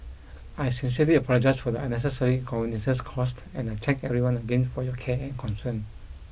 I sincerely apologise for the unnecessary inconveniences caused and I thank everyone again for your care and concern